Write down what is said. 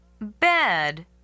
bed